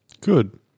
Good